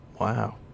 Wow